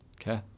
Okay